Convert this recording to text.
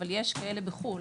אבל יש כאלה בחו"ל.